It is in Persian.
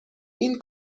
این